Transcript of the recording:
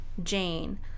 Jane